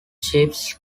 ships